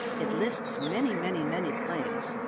it lists many, many, many claims,